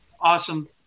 awesome